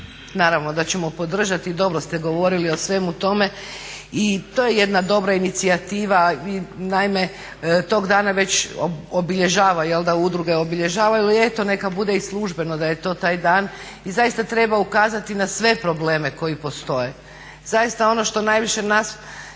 naravno da ćemo podržati i dobro ste govorili o svemu tome i to je jedna dobra inicijativa. Naime tog dana već obilježava, udruge obilježavaju ali neka bude i službeno da je to taj dan i zaista treba ukazati na sve probleme koji postoje. Zaista ono što najviše nas,